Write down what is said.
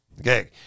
Okay